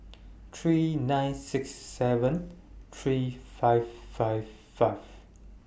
three nine six seven three five five five